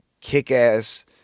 kick-ass